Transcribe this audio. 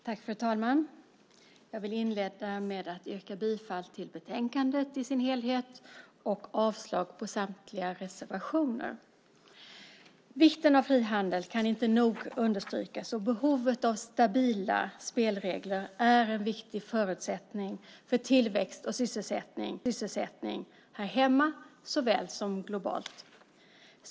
Fru talman! Jag vill inleda med att yrka bifall till förslagen i betänkandet och avslag på samtliga reservationer. Vikten av frihandel kan inte nog understrykas, och behovet av stabila spelregler är en viktig förutsättning för tillväxt och sysselsättning här hemma såväl som globalt.